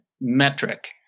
metric